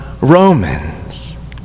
Romans